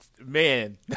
man